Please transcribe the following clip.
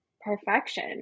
perfection